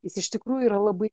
jis iš tikrųjų yra labai